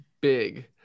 big